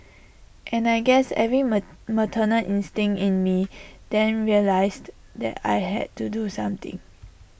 and I guess every maternal instinct in me then realised that I had to do something